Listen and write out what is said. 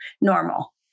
normal